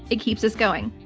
it keeps us going.